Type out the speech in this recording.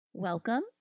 Welcome